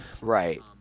Right